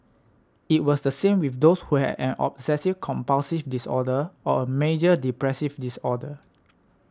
it was the same with those who had an obsessive compulsive disorder or a major depressive disorder